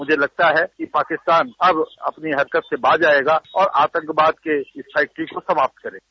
मुझे लगता है कि पाकिस्तान अब अपनी हरकत से बाज आयेगा और आतंकवाद के इस फैक्ट्री को स्माप्त करेगा